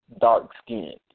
dark-skinned